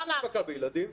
יש הדבקה בילדים.